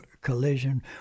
collision